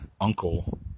Uncle